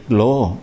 law